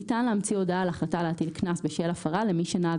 ניתן להמציא הודעה על החלטה להטיל קנס בשל ההפרה למי שנהג